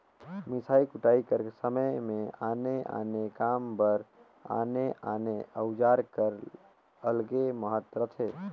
मिसई कुटई कर समे मे आने आने काम बर आने आने अउजार कर अलगे महत रहथे